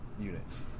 units